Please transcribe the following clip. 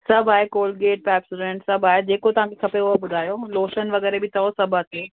सभु आहे Colgate Pepsodent सभु आहे जेको तव्हांखे खपे उहो ॿुधायो लोशन वग़ैरह बि अथव सभु आहे